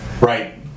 right